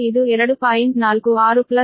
845 per unit ಆಗಿದೆ